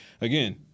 again